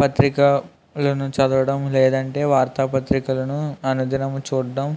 పత్రికలను చదువడం లేదంటే వార్తాపత్రికలను అనుదినము చూడడం